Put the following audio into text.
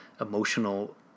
emotional